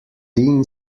dean